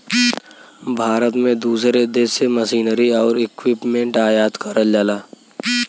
भारत में दूसरे देश से मशीनरी आउर इक्विपमेंट आयात करल जाला